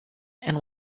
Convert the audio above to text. and